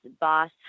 Boss